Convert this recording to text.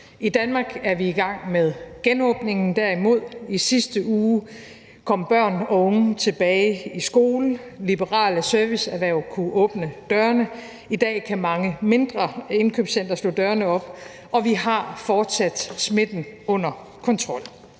I Danmark er vi derimod i gang med genåbningen. I sidste uge kom børn og unge tilbage i skole, og liberale serviceerhverv kunne åbne dørene. I dag kan mange mindre indkøbscentre slå dørene op. Og vi har fortsat smitten under kontrol.